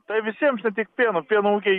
tai visiems ne tik pieno pieno ūkiai